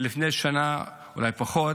לפני שנה, אולי פחות,